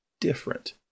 different